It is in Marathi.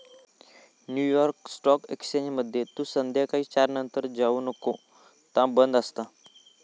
न्यू यॉर्क स्टॉक एक्सचेंजमध्ये तू संध्याकाळी चार नंतर जाऊ नको ता बंद असता